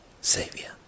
Savior